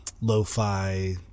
lo-fi